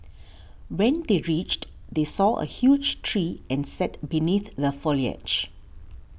when they reached they saw a huge tree and sat beneath the foliage